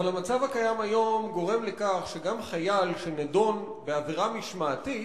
אבל המצב הקיים היום גורם לכך שגם חייל שנידון בעבירה משמעתית,